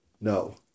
No